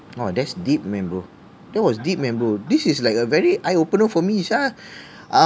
oh that's deep man bro that was deep man bro this is like a very eye opener for me [sial]